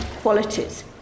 qualities